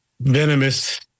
venomous